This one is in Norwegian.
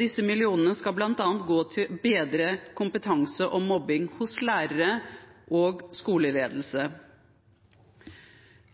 Disse millionene skal bl.a. gå til å bedre kompetansen om mobbing hos lærere og skoleledelse.